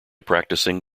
practicing